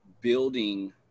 building